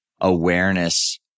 awareness